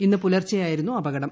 ഇന്ന് പൂലർച്ചെയായിരുന്നു അപകടം